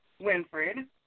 Winfred